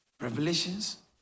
Revelations